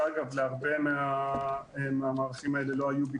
שאגב להרבה מהמערכים האלה לא היו ביקושים.